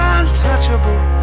untouchable